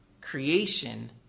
creation